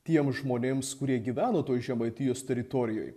tiem žmonėms kurie gyveno toj žemaitijos teritorijoj